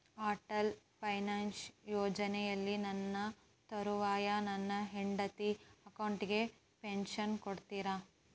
Atal pension ಯೋಜನೆಯಲ್ಲಿ ನನ್ನ ತರುವಾಯ ನನ್ನ ಹೆಂಡತಿ ಅಕೌಂಟಿಗೆ ಪೆನ್ಶನ್ ಕೊಡ್ತೇರಾ?